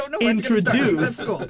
introduce